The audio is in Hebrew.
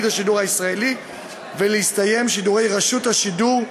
השידור הישראלי ולהסתיים שידורי רשות השידור,